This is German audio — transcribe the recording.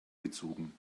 gezogen